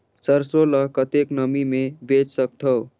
सरसो ल कतेक नमी मे बेच सकथव?